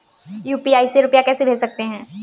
UPI से रुपया कैसे भेज सकते हैं?